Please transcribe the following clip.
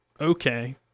okay